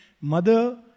mother